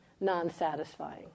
non-satisfying